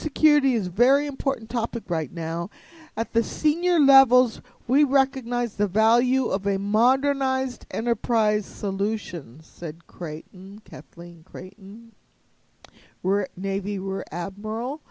security is very important topic right now at the senior levels we recognize the value of a modernized enterprise solutions said great kathleen great were navy were admiral